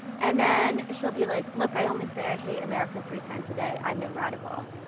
and then she'll be like, look, i only say i hate america three times a day. i'm no radical.